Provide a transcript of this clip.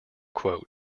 quote